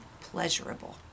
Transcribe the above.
pleasurable